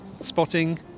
spotting